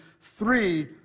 three